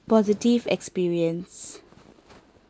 positive experience